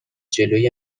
جلوی